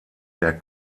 der